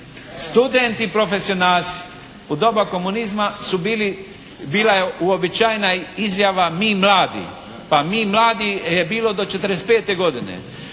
studenti profesionalci. U doba komunizma su bili, bila je uobičajena izjava "mi mladi", pa mi mladi je bilo do '45. godine.